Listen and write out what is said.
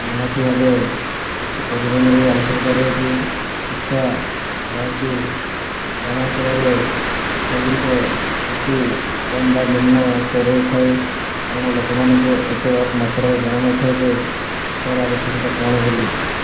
ନିହାତି ଭାବେ କିଛି ପରିମାଣର ଆବଶ୍ୟକତା ରହିଛି ଶିକ୍ଷା ଯାହାକି ଗ୍ରାମାଞ୍ଚଳରେ ଶିକ୍ଷା ଗୁଡ଼ିକ ଅତି କମ୍ ବା ନିମ୍ନ ସ୍ଥରରେ ଥାଏ କାରଣ ଲୋକ ମାନଙ୍କୁ ଏତେ ମାତ୍ରାରେ ଜଣା ନଥାଏ ଯେ ଶିକ୍ଷାର ଆବଶ୍ୟକତା କ'ଣ ବୋଲି